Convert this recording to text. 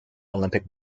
olympic